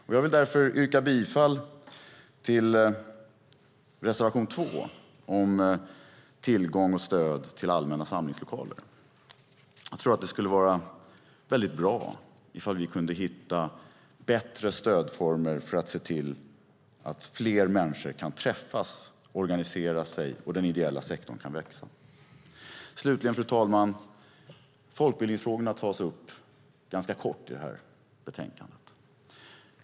Jag vill därför yrka bifall till reservation 2 om tillgång och stöd till allmänna samlingslokaler. Jag tror att det skulle vara väldigt bra ifall vi kunde hitta bättre stödformer för att se till att fler människor kan träffas och organisera sig och att den ideella sektorn kan växa. Slutligen, fru talman, tas folkbildningsfrågorna upp ganska kort i detta betänkande.